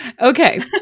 okay